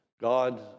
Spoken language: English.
God